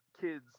kids